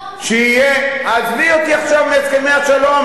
תעשה הסכם שלום, עזבי אותי עכשיו מהסכמי השלום.